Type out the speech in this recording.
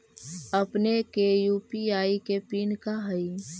अपने के यू.पी.आई के पिन का हई